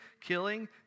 killing